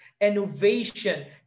innovation